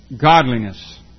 godliness